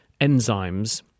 enzymes